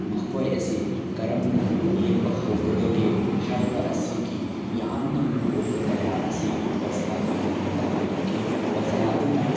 ꯃꯈꯣꯏ ꯑꯁꯤ ꯀꯔꯝꯅ ꯌꯦꯛꯄ ꯍꯧꯒꯗꯒꯦ ꯍꯥꯏꯕ ꯑꯁꯤꯒꯤ ꯌꯥꯝꯅ ꯃꯔꯨꯑꯣꯏꯕ ꯀꯌꯥ ꯑꯁꯤ ꯑꯣꯖꯥ ꯑꯗꯨꯅ ꯑꯩꯉꯣꯟꯗ ꯍꯥꯏꯔꯛꯈꯤ ꯑꯣꯖꯥ ꯑꯗꯨꯅ